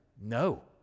no